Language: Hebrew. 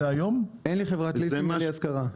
אין לי חברת ליסינג, יש לי חברת השכרה.